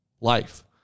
life